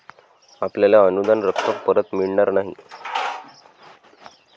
आपल्याला अनुदान रक्कम परत मिळणार नाही